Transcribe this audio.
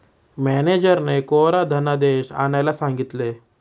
मॅनेजरने कोरा धनादेश आणायला सांगितले